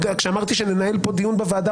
כשאמרתי שננהל כאן דיון בוועדה,